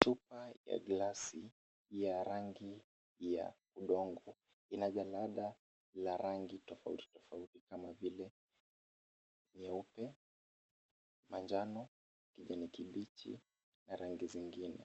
Chupa ya glasi ya rangi ya udongo ina jalada la rangi tofauti tofauti kama vile nyeupe, manjano, kijani kibichi na rangi zingine